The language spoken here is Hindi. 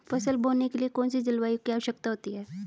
फसल बोने के लिए कौन सी जलवायु की आवश्यकता होती है?